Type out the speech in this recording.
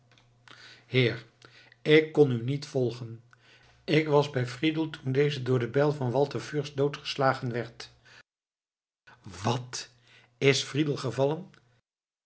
heer ik kon u niet volgen ik was bij friedel toen deze door de bijl van walter fürst doodgeslagen werd wat is friedel gevallen